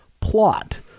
plot